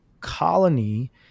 colony